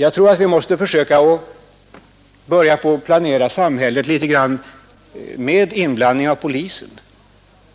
Jag tror att vi i fortsättningen måste försöka planera samhället under medverkan av polisen.